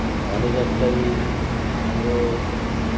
भनेजस्तै हाम्रो